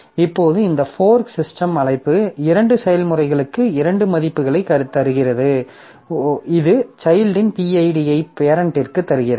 இப்போது இந்த fork system அழைப்பு இரண்டு செயல்முறைகளுக்கு இரண்டு மதிப்புகளைத் தருகிறது இது சைல்ட்டின் pid ஐ பேரெண்ட்டிற்கு தருகிறது